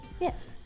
Yes